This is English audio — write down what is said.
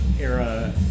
era